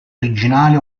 originali